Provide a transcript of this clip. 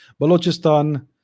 Balochistan